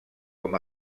com